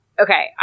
Okay